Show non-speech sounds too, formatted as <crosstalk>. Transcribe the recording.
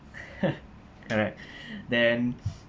<laughs> correct <breath> then <breath>